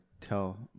tell